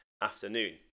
afternoon